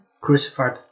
crucified